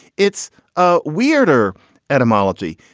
it's ah weirder etymology.